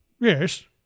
Yes